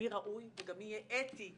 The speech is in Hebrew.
מי ראוי וגם מי יהיה אתי,